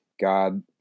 God